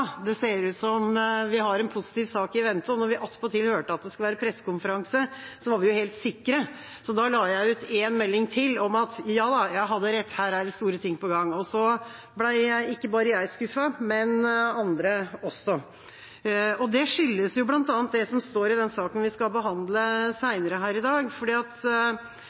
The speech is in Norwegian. det ser ut som vi har en positiv sak i vente. Når vi attpåtil hørte at det skulle være pressekonferanse, var vi jo helt sikre. Så da la jeg ut en melding til om at ja da, jeg hadde rett, her er det store ting på gang. Så ble ikke bare jeg skuffet, men andre også. Det skyldes jo bl.a. det som står i den saken vi skal behandle senere her i dag. Der, etter at